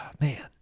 man